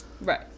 right